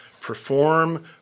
perform